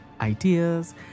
ideas